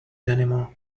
anymore